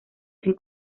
sin